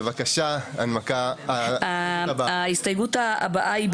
בבקשה הנמקה על ההסתייגות הבאה.